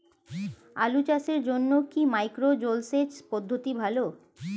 আলু চাষের জন্য কি মাইক্রো জলসেচ পদ্ধতি ভালো?